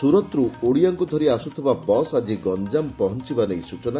ସୁରତ୍ରୁ ଓଡ଼ିଆଙ୍କୁ ଧରି ଆସୁଥିବା ବସ୍ ଆଜି ଗଞ୍ଠାମ ପହଞ୍ଚବା ନେଇ ସୂଚନା